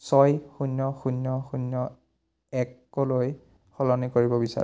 ছয় শূন্য শূন্য শূন্য শূন্য একলৈ সলনি কৰিব বিচাৰোঁ